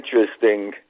interesting